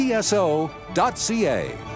tso.ca